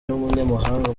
n’umunyamabanga